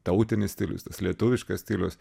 tautinis stilius tas lietuviškas stilius